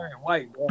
white